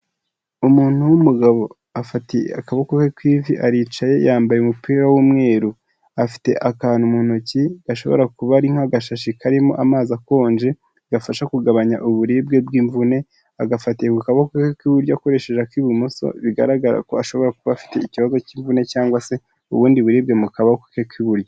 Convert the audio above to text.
Umuntu w'umugabo afatiye akaboko ke ku ivi aricaye yambaye umupira w'umweru, afite akantu mu ntoki gashobora kuba ari nk'agashashi karimo amazi akonje gafasha kugabanya uburibwe bw'imvune, agafatirwa ku kaboko k'iburyo akoresheje ak'ibumoso, bigaragara ko ashobora kuba afite ikibazo cy'imvune cyangwa se ubundi buribwe mu kaboko ke k'iburyo.